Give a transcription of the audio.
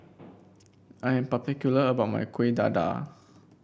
I'm particular about my Kuih Dadar